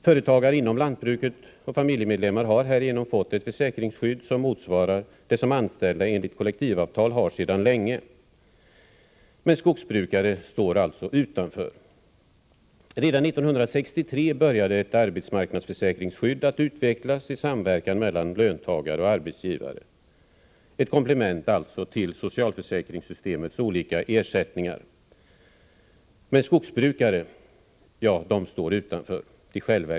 Företagare inom lantbruket och deras familjemedlemmar har härigenom fått ett försäkringsskydd som motsvarar det som anställda enligt kollektivavtal har sedan länge. Skogsbrukare står däremot utanför. Redan 1963 började ett arbetsmarknadsförsäkringsskydd att utvecklas i samverkan mellan löntagare och arbetsgivare. Det var ett komplement till socialförsäkringssystemets olika ersättningar. Men självverksamma skogsbrukare tvingas stå utanför.